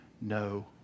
no